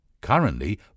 Currently